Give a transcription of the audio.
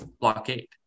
blockade